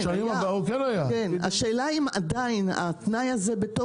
היה כן היה, השאלה אם עדיין התנאי הזה בתוקף?